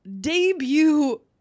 debut